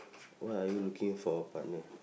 what are you looking for a partner